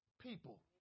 people